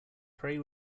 pray